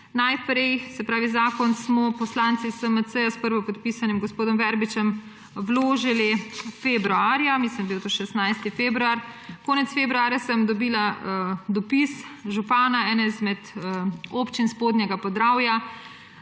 Najprej smo poslanci SMC zakon s prvopodpisanim gospodom Verbičem vložili februarja, mislim, da je bil to 16. februar. Konec februarja sem dobila dopis župana ene izmed občin Spodnjega Podravja,